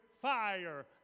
fire